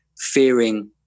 fearing